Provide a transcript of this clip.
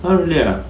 !huh! really ah